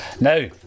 Now